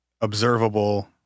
observable